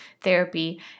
therapy